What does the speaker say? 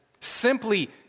simply